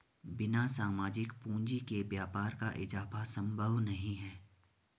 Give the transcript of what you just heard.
बिना सामाजिक पूंजी के व्यापार का इजाफा संभव नहीं है